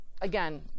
again